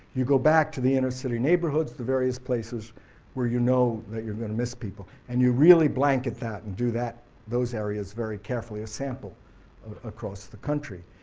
you go back to the inner city neighborhoods, the various places where you know that you're going to miss people and you really blanket that and do those areas very carefully, a sample across the country.